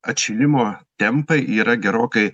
atšilimo tempai yra gerokai